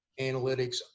analytics